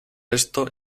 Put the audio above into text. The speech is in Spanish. esto